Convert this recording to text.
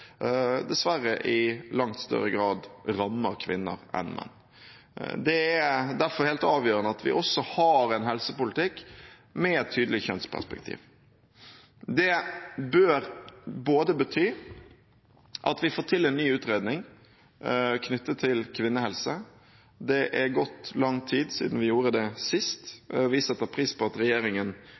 dessverre i langt større grad rammer kvinner enn menn. Det er derfor helt avgjørende at vi også har en helsepolitikk med et tydelig kjønnsperspektiv. Det bør bety at vi får til en ny utredning knyttet til kvinnehelse – det er gått lang tid siden vi gjorde det sist. Vi setter pris på at regjeringen